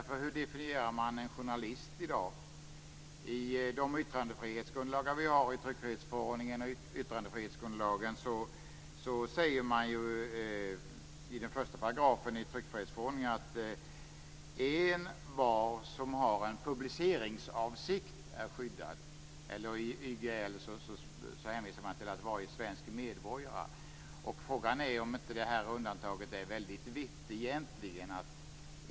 För hur definierar man en journalist i dag i de yttrandefrihetsgrundlagar vi har - i tryckfrihetsförordningen och i yttrandefrihetsgrundlagen? Man säger ju i 1 § i tryckfrihetsförordningen att envar som har en publiceringsavsikt är skyddad. I YGL hänvisar man till varje svensk medborgare. Frågan är om inte det här undantaget är väldigt vitt egentligen.